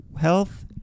Health